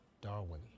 Darwin